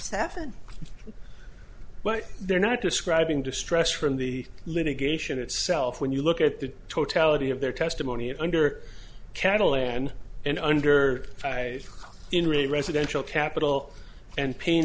seven but they're not describing distress from the litigation itself when you look at the totality of their testimony under cattle and and under five in really residential capital and pain